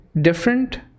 different